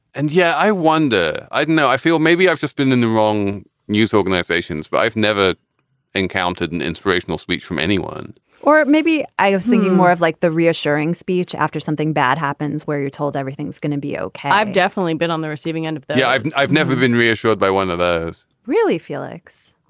and yeah i wonder. i don't know i feel maybe i've just been in the wrong news organizations but i've never encountered an inspirational speech from anyone or maybe i was thinking more of like the reassuring speech after something bad happens where you're told everything's gonna be ok i've definitely been on the receiving end of the year i've never been reassured by one of those really felix.